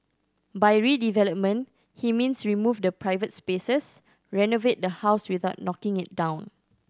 by redevelopment he means remove the private spaces renovate the house without knocking it down